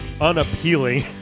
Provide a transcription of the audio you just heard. unappealing